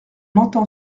entend